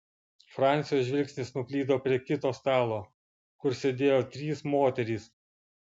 francio žvilgsnis nuklydo prie kito stalo kur sėdėjo trys moterys